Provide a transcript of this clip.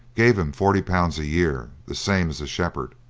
gave him forty pounds a year, the same as a shepherd.